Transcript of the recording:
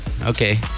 Okay